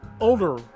older